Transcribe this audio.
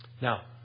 Now